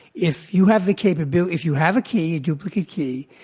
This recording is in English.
if you have the capability if you have a key, a duplicate key,